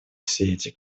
сети